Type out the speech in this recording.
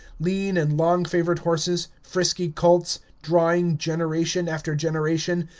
lean and long-favored horses, frisky colts, drawing, generation after generation,